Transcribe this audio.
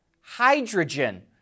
hydrogen